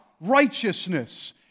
righteousness